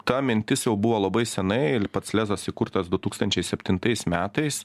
ta mintis jau buvo labai senai ir pats lezas įkurtas du tūkstančiai septintais metais